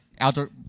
Outdoor